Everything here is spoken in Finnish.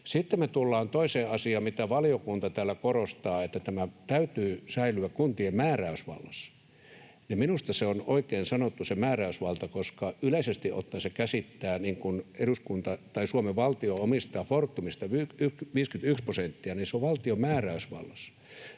Sitten me tullaan toiseen asiaan, mitä valiokunta täällä korostaa, että tämän täytyy säilyä kuntien määräysvallassa. Minusta se on oikein sanottu se määräysvalta, koska yleisesti ottaen se käsittää sen, että kun Suomen valtio omistaa Fortumista 51 prosenttia, niin se on valtion määräysvallassa,